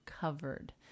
covered